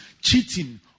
cheating